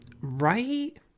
Right